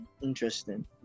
Interesting